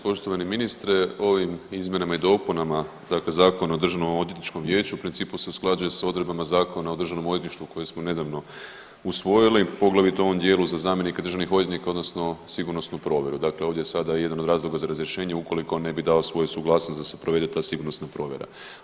Poštovani ministre, ovim izmjenama i dopunama dakle Zakona o DOV u principu se usklađuje s odredbama Zakona o državnom odvjetništvu koje smo nedavno usvojili, poglavito u ovom dijelu za zamjenika državnih odvjetnika odnosno sigurnosnu provjeru, dakle ovdje je sada jedan od razloga za razrješenje ukoliko ne bi dao svoju suglasnost da se provede ta sigurnosna provjera.